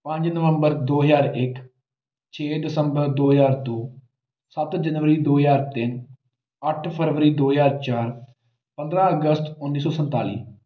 ਪੰਜ ਨਵੰਬਰ ਦੋ ਹਜ਼ਾਰ ਇੱਕ ਛੇ ਦਸੰਬਰ ਦੋ ਹਜ਼ਾਰ ਦੋ ਸੱਤ ਜਨਵਰੀ ਦੋ ਹਜ਼ਾਰ ਤਿੰਨ ਅੱਠ ਫਰਵਰੀ ਦੋ ਹਜ਼ਾਰ ਚਾਰ ਪੰਦਰ੍ਹਾਂ ਅਗਸਤ ਉੱਨੀ ਸੌ ਸੰਤਾਲੀ